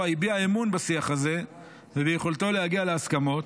הביעה אמון בשיח הזה וביכולתו להגיע להסכמות,